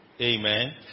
Amen